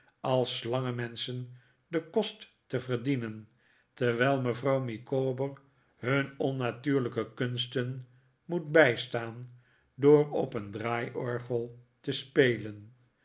als slangenmenschen den kost te verdienen terwijl mevrouw micawber hun onnatuurlijke kunsten rrioet bijstaan door op een draaiorgel te spelen